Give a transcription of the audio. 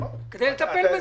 כדי לטפל בזה.